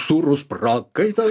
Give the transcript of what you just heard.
sūrus prakaitas